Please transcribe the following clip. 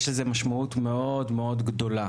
יש לזה משמעות גדולה מאוד.